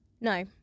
No